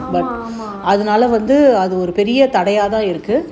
ஆமா ஆமா:aama aama